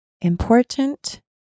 important